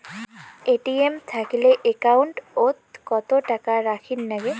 ATM থাকিলে account ওত কত টাকা রাখীর নাগে?